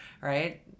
right